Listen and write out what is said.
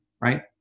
right